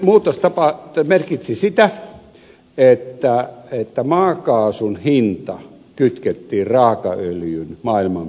se muutos merkitsi sitä että maakaasun hinta kytkettiin raakaöljyn maailmanmarkkinapörssihintaan